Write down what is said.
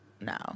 no